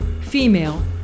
female